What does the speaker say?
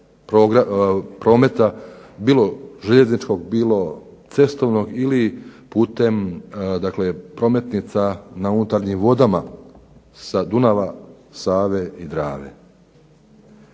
prometa bilo željezničkog, bilo cestovnog ili putem dakle prometnica na unutarnjim vodama sa Dunava, Save i Drave.